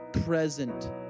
present